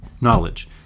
knowledge